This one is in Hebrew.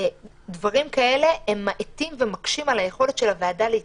דברים כאלה מאטים ומקשים על היכולת של הוועדה להתכנס.